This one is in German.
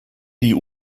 die